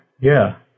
yeah